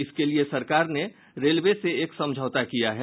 इसके लिए सरकार ने रेलवे से एक समझौता किया है